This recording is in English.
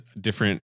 different